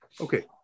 Okay